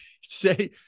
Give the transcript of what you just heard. say